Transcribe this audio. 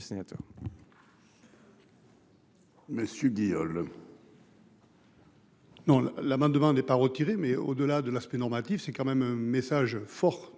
Monsieur Guillaume